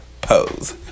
Pose